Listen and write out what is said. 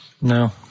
No